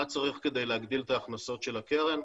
מה צריך כדי להגדיל את ההכנסות של הקרן?